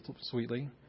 sweetly